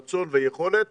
רצון ויכולת,